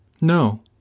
No